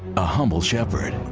a humble shepherd.